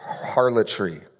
harlotry